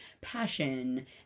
passion